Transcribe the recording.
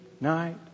night